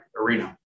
arena